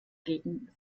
gegen